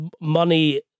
money